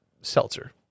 seltzer